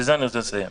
בזה אני רוצה לסיים.